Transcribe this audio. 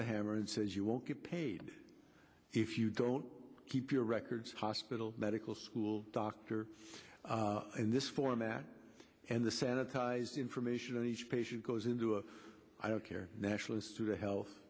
the hammer and says you won't get paid if you don't keep your records hospital medical school doctor in this format and the sanitized information on each patient goes into a i don't care nationalised to the health